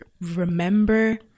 remember